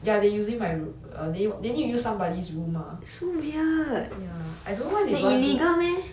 ya they using my room uh they need to use somebody's room mah ya I don't know why they don't want to do